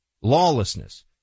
lawlessness